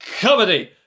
comedy